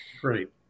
great